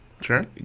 Sure